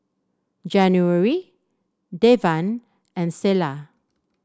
January Devan and Selah